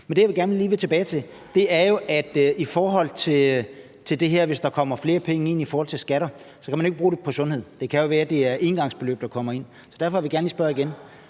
det. Det, jeg gerne lige vil tilbage til, er det her med, at man, hvis der kommer flere penge ind i forhold til skatter, ikke kan bruge det på sundhed. Det kan jo være, at det er et engangsbeløb, der kommer ind. Derfor vil jeg gerne lige spørge igen: